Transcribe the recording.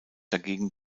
dagegen